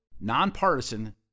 nonpartisan